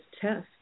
test